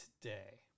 today